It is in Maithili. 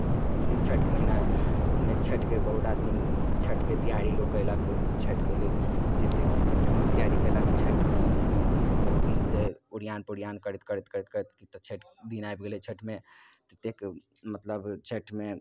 आओर इसी छठिके महिनामे छठिके बहुत आदमी छठिके तैआरी लोक केलक छठिके लेल जतेक छै ततेक लोक तैआरी कैलक छठिमेसँ ही बहुत दिनसँ ओरिऔन पोरिऔन करैत करैत करैत कि तऽ छठि दिन आबि गेलै छठिमे ततेक मतलब छठिमे